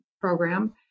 program